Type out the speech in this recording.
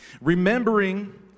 Remembering